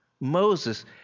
Moses